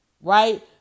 right